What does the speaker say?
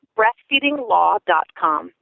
breastfeedinglaw.com